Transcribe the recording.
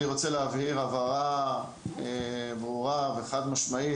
אני רוצה להבהיר הבהרה ברורה וחד-משמעית,